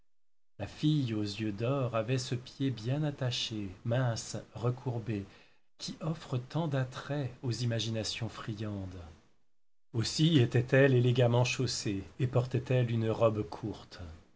la fille aux yeux d'or avait ce pied bien attaché mince recourbé qui offre tant d'attraits aux imaginations friandes aussi était-elle élégamment chaussée et portait-elle une robe courte